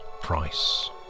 price